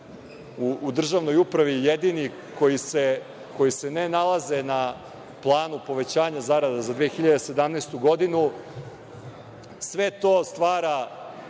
u državnoj upravi jedini koji se ne nalaze na planu povećanja zarada za 2017. godinu. Sve to stvara